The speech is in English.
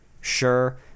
Sure